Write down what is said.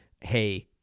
hey